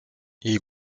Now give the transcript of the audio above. jej